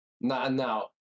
Now